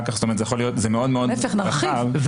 זה מאוד רחב -- להפך, נרחיב.